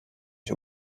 ich